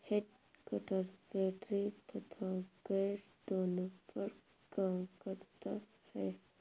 head cutter battery तथा gas दोनों पर काम करता है